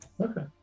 Okay